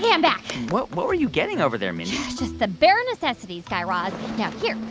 yeah i'm back what what were you getting over there, mindy? just the bare necessities, guy raz. now here.